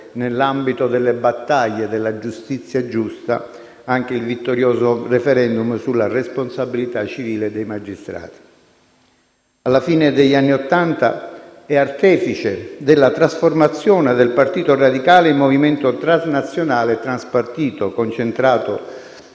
nell'ambito delle battaglie per la "giustizia giusta", il vittorioso *referendum* sulla responsabilità civile dei magistrati. Alla fine degli anni Ottanta è artefice della trasformazione del Partito radicale in movimento "transnazionale" e "transpartito", concentrato